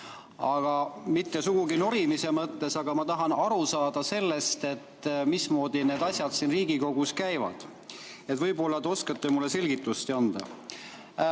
Mitte sugugi norimise mõttes, aga ma tahan aru saada, mismoodi need asjad siin Riigikogus käivad. Võib-olla te oskate mulle selgitust anda.